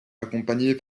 accompagné